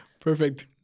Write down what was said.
Perfect